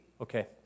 Okay